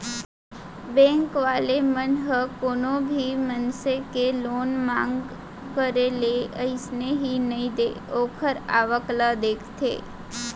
bank वाले मन ह कोनो भी मनसे के लोन मांग करे ले अइसने ही नइ दे ओखर आवक ल देखथे